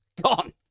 Gone